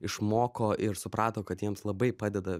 išmoko ir suprato kad jiems labai padeda